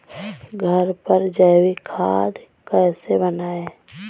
घर पर जैविक खाद कैसे बनाएँ?